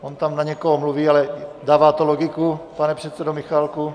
On tam na někoho mluví, ale dává to logiku, pane předsedo Michálku.